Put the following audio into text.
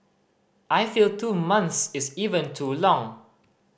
I feel two months is even too long